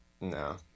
No